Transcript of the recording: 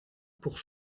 pour